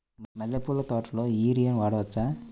మల్లె పూల తోటలో యూరియా వాడవచ్చా?